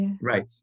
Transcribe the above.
right